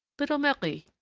little marie,